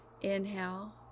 inhale